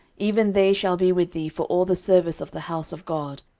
even they shall be with thee for all the service of the house of god